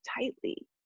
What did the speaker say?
tightly